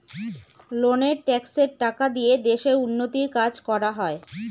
লোকের ট্যাক্সের টাকা দিয়ে দেশের উন্নতির কাজ করা হয়